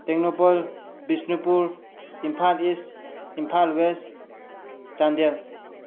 Tengnoupal Bishnupur Imphal east Imphal west Chandel